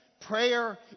prayer